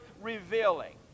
revealing